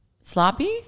Sloppy